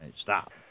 Stop